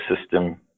system